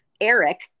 eric